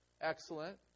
excellent